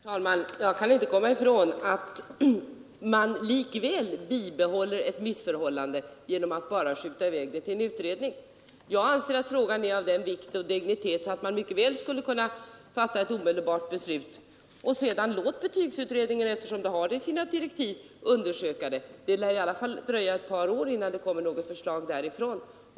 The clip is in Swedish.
Herr talman! Jag kan inte komma ifrån att man likväl bibehåller ett missförhållande genom att bara skjuta i väg frågan till en utredning. Jag anser att frågan är av sådan vikt och dignitet att man mycket väl skulle kunna fatta ett beslut omedelbart. Låt sedan betygsutredningen undersöka frågan, eftersom den enligt sina direktiv skall göra det. Det lär i alla fall dröja ett par år innan det kommer något förslag därifrån.